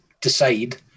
decide